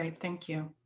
thank you.